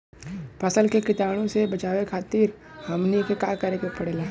फसल के कीटाणु से बचावे खातिर हमनी के का करे के पड़ेला?